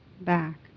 back